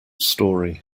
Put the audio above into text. story